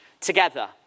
together